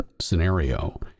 scenario